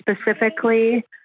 specifically